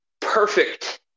perfect